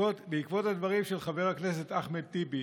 בעקבות הדברים של חבר הכנסת אחמד טיבי